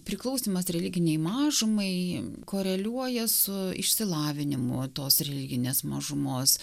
priklausymas religinei mažumai koreliuoja su išsilavinimu tos religinės mažumos